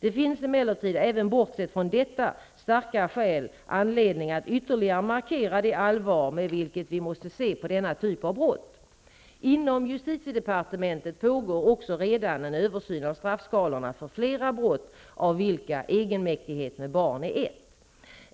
Det finns emellertid även bortsett från detta starka skäl anledning att ytterligare markera det allvar med vilket vi måste se på denna typ av brott. Inom justitiedepartementet pågår också redan en översyn av straffskalorna för flera brott, av vilka egenmäktighet med barn är ett.